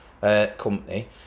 company